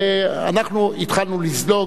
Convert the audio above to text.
ואנחנו התחלנו לזלוג,